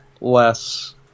less